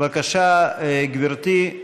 בבקשה, גברתי,